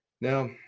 now